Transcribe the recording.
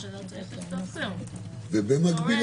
ובמקביל,